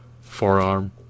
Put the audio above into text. forearm